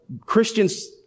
Christians